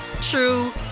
true